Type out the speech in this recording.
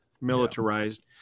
militarized